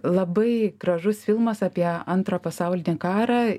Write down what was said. labai gražus filmas apie antrą pasaulinį karą